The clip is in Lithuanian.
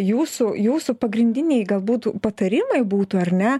jūsų jūsų pagrindiniai gal būtų patarimai būtų ar ne